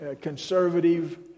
conservative